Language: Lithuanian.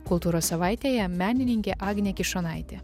kultūros savaitėje menininkė agnė kišonaitė